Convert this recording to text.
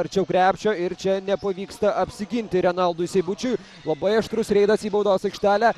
arčiau krepšio ir čia nepavyksta apsiginti renaldui seibučiui labai aštrus reidas į baudos aikštelę